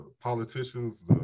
politicians